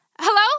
Hello